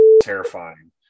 terrifying